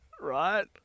right